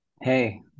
Hey